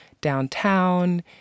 downtown